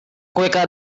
quicker